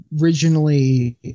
originally